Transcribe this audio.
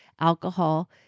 alcohol